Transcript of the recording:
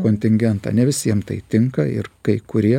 kontingentą ne visiem tai tinka ir kai kurie